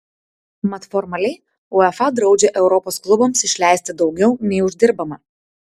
mat formaliai uefa draudžia europos klubams išleisti daugiau nei uždirbama